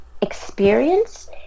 experience